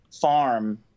farm